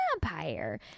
vampire